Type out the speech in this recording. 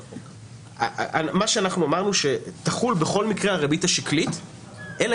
אנחנו אמרנו שתחול בכל מקרה הריבית השקלית אלא